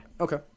okay